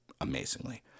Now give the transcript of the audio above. amazingly